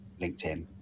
linkedin